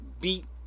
beat